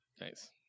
Nice